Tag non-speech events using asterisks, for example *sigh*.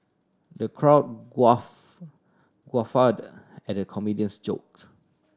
the crowd *unintelligible* guffawed at comedian's joke